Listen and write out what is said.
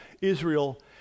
Israel